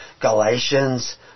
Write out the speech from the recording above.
Galatians